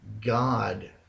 God